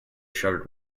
shuttered